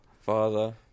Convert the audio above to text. Father